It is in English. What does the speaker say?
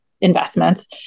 investments